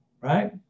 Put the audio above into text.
Right